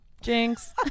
Jinx